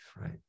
right